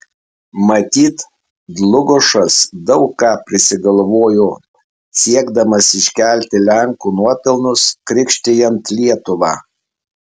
matyt dlugošas daug ką prisigalvojo siekdamas iškelti lenkų nuopelnus krikštijant lietuvą